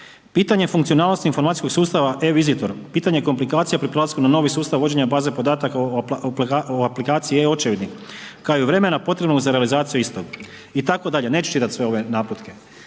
pitanje funkcionalnosti informacijskog sustava e-vizitor, pitanje komplikacija pri prelasku na novi sustav vođena baze podataka o aplikaciji e-očevidnik kao i vremena potrebnog za realizaciju istog itd., neću čitat sve ove naputke.